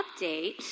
update